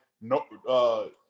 no